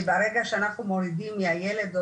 כי ברגע שאנחנו בעצם מורידים מהילד או